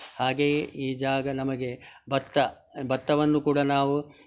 ಹಾಗೆಯೇ ಈ ಜಾಗ ನಮಗೆ ಭತ್ತ ಭತ್ತವನ್ನು ಕೂಡ ನಾವು